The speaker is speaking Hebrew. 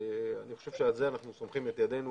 אני חושב שעל זה אנחנו סומכים את ידינו